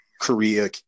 Korea